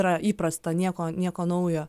yra įprasta nieko nieko naujo